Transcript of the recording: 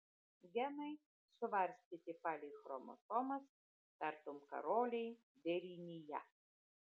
genai suvarstyti palei chromosomas tartum karoliai vėrinyje